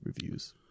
reviews